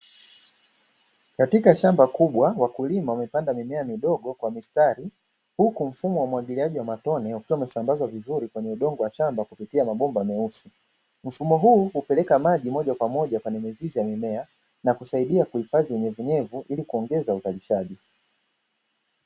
Katika shamba kubwa wakulima wamepanda mimea midogo kwa mistari huku mfumo wa umwagiliaji wa matone ukiwa umesambazwa vizuri kwenye udongo wa shamba kupitia mabomba meusi. mfumo huu hupeleka maji moja kwa moja kwenye mizizi ya mimea na kusaidia kuhifadhi unyevunyevu ili kuongeza uzalishaji.